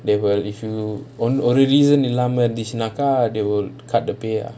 they will if you ஒரு:oru reason இல்லாம இருந்துச்சுனாக:illaama irunthuchunaaka they will cut the pay ah